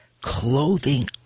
clothing